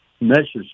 measures